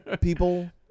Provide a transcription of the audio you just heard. People